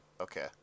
Okay